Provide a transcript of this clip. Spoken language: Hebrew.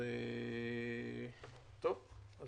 מה